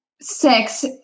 six